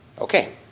Okay